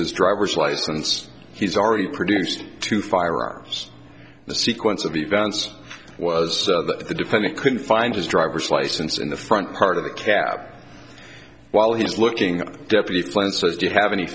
his driver's license he's already produced two firearms the sequence of events was the defendant couldn't find his driver's license in the front part of the cab while he was looking at a deputy plant says do you have any